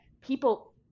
people